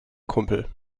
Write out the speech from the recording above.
kumpel